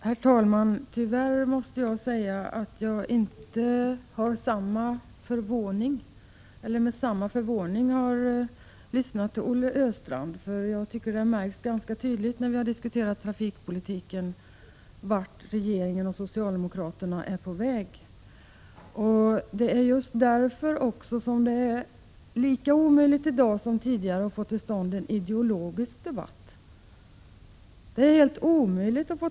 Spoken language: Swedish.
Herr talman! Tyvärr måste jag säga att jag inte med samma förvåning har lyssnat till Olle Östrand. Jag tycker att det ganska tydligt har märkts när vi har diskuterat trafikpolitiken vart regeringen och socialdemokraterna är på väg. Det är också just därför som det är lika omöjligt i dag som tidigare att få till stånd en ideologisk debatt; det är helt omöjligt.